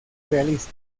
realista